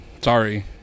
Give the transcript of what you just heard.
sorry